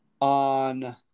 on